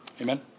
Amen